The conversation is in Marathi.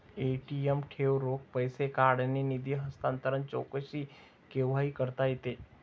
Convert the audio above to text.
ए.टी.एम ठेव, रोख पैसे काढणे, निधी हस्तांतरण, चौकशी केव्हाही करता येते